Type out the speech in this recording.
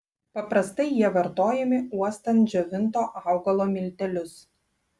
paprastai jie vartojami uostant džiovinto augalo miltelius